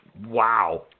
Wow